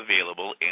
available